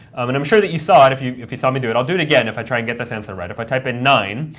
and i'm sure that you saw it if you if you saw me do it. i'll do it again if i try and get this answer right. if i type in nine,